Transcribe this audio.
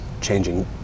changing